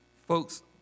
Folks